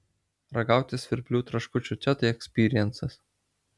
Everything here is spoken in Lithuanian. ragauti svirplių traškučių čia tai ekspyriencas